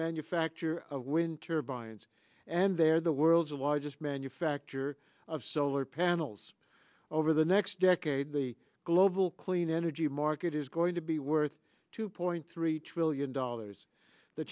manufacturer of wind turbines and they're the world's largest manufacturer of solar panels over the next decade the global clean energy market is going to be worth two point three trillion dollars the